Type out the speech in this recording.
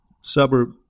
suburb